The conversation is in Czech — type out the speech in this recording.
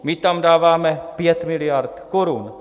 My tam dáváme 5 miliard korun.